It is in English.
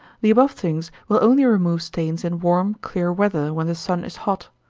the above things will only remove stains in warm, clear weather, when the sun is hot.